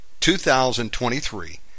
2023